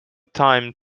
time